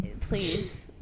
Please